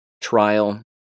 trial